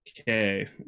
Okay